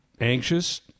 anxious